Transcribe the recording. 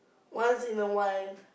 once in a while